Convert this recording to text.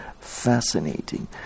fascinating